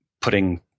putting